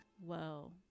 Whoa